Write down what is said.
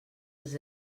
els